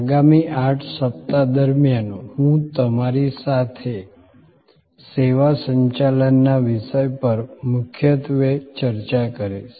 આગામી 8 સપ્તાહ દરમ્યાન હું તમારી સાથે સેવા સંચાલન ના વિષય પર મુખ્યત્વે ચર્ચા કરીશ